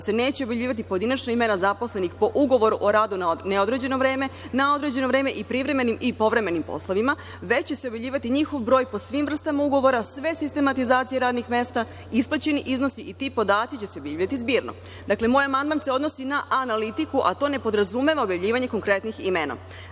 se neće objavljivati pojedinačna imena zaposlenih po ugovoru o radu na određeno vreme i privremenim i povremenim poslovima, već će se objavljivati njihov broj po svim vrstama ugovora, sve sistematizacije radnih mesta, isplaćeni iznosi, i ti podaci će se objavljivati zbirno. Dakle, moj amandman se odnosi na analitiku, a to ne podrazumeva objavljivanje konkretnih imena. Dakle,